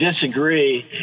disagree